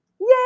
Yay